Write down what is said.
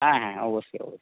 হ্যাঁ হ্যাঁ অবশ্যই অবশ্যই